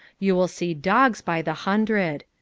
you will see dogs by the hundred.